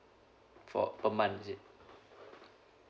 for per month is it